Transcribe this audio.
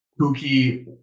kooky